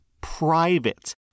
private